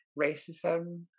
racism